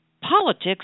Politics